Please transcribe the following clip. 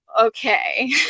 okay